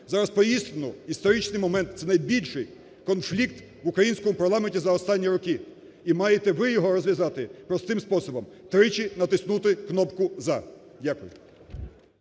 Зараз по істину історичний момент, це найбільший конфлікт в українському парламенті за останні роки і маєте ви його розв'язати простим способом тричі натиснути кнопку "за". Дякую.